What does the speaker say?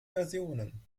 versionen